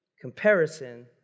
Comparison